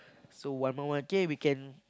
so one more month K we can